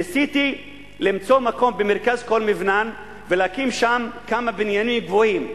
ניסיתי למצוא מקום במרכז כל מבנן ולהקים שם כמה בניינים גבוהים,